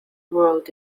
world